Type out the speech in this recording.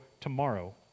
tomorrow